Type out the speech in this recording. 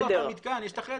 יש כבר את המתקן, יש את החדר.